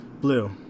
Blue